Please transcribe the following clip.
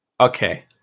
okay